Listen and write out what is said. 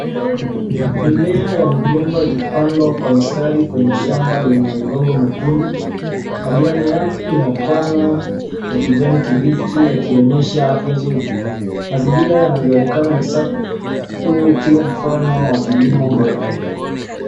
Mimea ya migomba imepandwa kwa mistari kwenye shamba lenye udongo mwekundu. Majani yake ni mapana ya kijani kibichi yakionyesha afya nzuri. Mazingira yanavyoonekana ni safi. Huu ukiwa mfano wa kilimo bora.